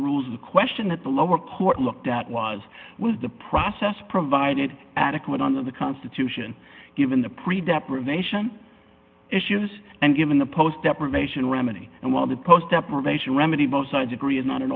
a question at the lower court looked at was was the process provided adequate under the constitution given the pre deprivation issues and given the post deprivation remedy and while the post deprivation remedy both sides agree is not an